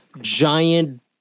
giant